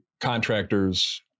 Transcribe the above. contractors